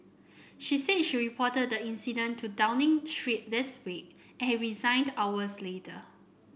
she said she reported the incident to Downing Street this wake and resigned hours later